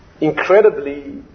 incredibly